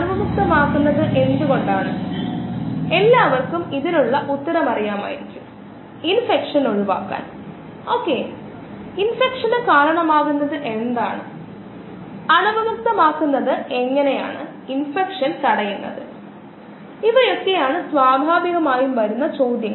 മികച്ചതാക്കാൻ പ്രതീക്ഷിക്കുന്ന സംഖ്യകളെക്കുറിച്ച് മികച്ച ആശയം നേടുന്നതിന് അനുഭവം എല്ലായ്പ്പോഴും നമ്മളെ സഹായിക്കുന്നു നമ്മൾ ഒരു ബയോ റിയാക്ടറെ നോക്കുമ്പോൾ 7500 മണിക്കൂർ പോലും അല്പം വിചിത്രമായി തോന്നുന്നു